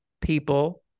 people